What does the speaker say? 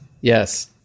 yes